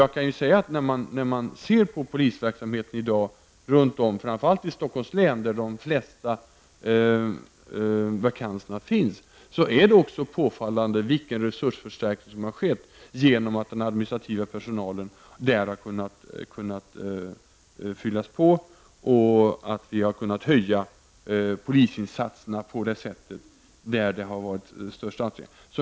Jag kan ju säga att när man ser på polisverksamheten i dag, framför allt i Stockholms län där de flesta vakanserna finns, är det också påfallande vilken förstärkning som skett genom att den administrativa personalen där har kunnat fyllas på och att vi därigenom har kunnat öka polisinsatserna där avgången varit störst.